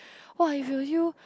!wah! if it were you